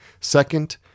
Second